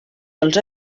dels